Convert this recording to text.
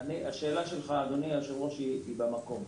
השאלה שלך היא במקום.